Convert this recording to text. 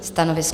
Stanovisko?